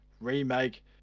remake